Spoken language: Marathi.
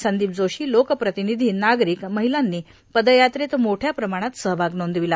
संदीप जोशी लोकप्रतिनिधी नागरिक महिलांनी पदयात्रेत मोठ्या प्रमाणात सहभाग नोंदविला